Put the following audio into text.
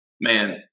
Man